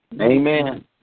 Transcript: Amen